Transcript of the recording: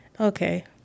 Okay